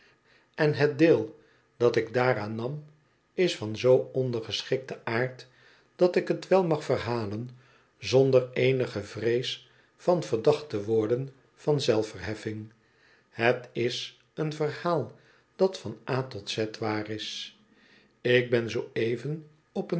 en het deel dat ik daaraan nam is van zoo ondergeschikten aard dat ik t wel mag verhalen zonder eenige vrees van verdacht te worden van zelfverheffing het is een verhaal dat van a tot z waar is ik bén zooeven op